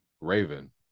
raven